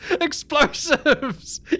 explosives